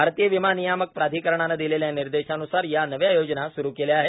भारतीय विमा नियामक प्राधिकरणाने दिलेल्या निर्देशानुसार या नव्या योजना सुरु केल्या आहेत